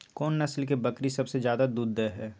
कोन नस्ल के बकरी सबसे ज्यादा दूध दय हय?